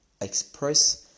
express